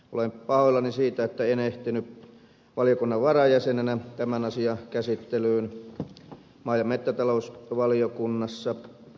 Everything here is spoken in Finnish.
olen pahoillani siitä että en ehtinyt valiokunnan varajäsenenä tämän asian käsittelyyn maa ja metsätalousvaliokunnassa